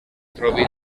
trobi